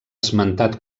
esmentat